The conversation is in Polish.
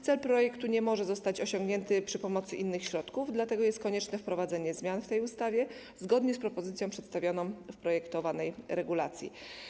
Cel projektu nie może zostać osiągnięty przy pomocy innych środków, dlatego jest konieczne wprowadzenie zmian w tej ustawie zgodnie z propozycją przedstawioną w projektowanej regulacji.